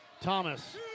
Thomas